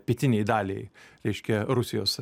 pietinei daliai reiškia rusijos